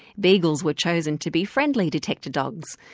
beagles were chosen to be friendly detector dogs.